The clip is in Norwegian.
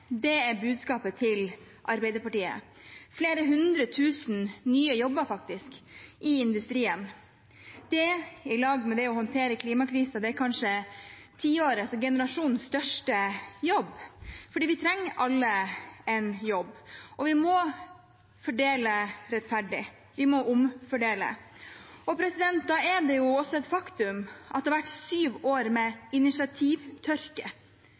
Det er budskapet til Arbeiderpartiet. Flere hundre tusen nye jobber i industrien, i lag med det å håndtere klimakrisen, er kanskje tiårets og denne generasjonens største jobb. For vi trenger alle en jobb, og vi må fordele rettferdig. Vi må omfordele. Det er et faktum at det har vært sju år med